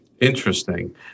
Interesting